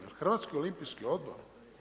Jel' Hrvatski olimpijski odbor?